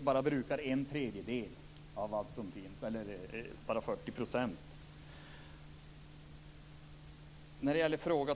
bara brukar 40 % av allt som finns. Fråga två får Gudrun Lindvall upprepa.